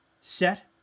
Set